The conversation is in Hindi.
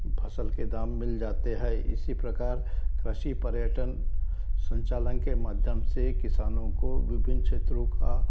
फसल के दाम मिल जाते हैं इसी प्रकार कृषि पर्यटन संचालन के माध्यम से किसानों को विभिन्न क्षेत्रों का